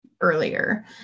earlier